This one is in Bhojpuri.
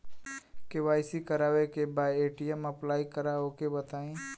के.वाइ.सी करावे के बा ए.टी.एम अप्लाई करा ओके बताई?